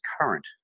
current